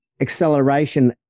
acceleration